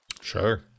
Sure